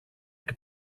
και